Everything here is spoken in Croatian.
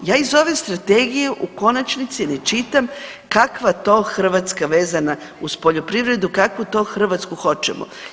Ja iz ove strategije u konačnici ne čitam kakva to Hrvatska vezana uz poljoprivredu, kakvu to Hrvatsku hoćemo?